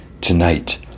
tonight